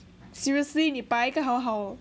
seriously 你摆一个好好